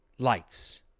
Lights